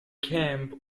camp